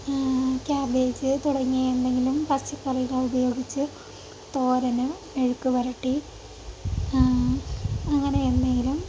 cabbage തുടങ്ങിയ എന്തെങ്കിലും പച്ചക്കറികൾ ഉപയോഗിച്ച് തോരന് മെഴുക്കുപുരട്ടി അങ്ങനെ എന്തെങ്കിലും